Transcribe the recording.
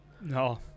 No